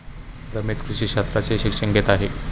रमेश कृषी शास्त्राचे शिक्षण घेत आहे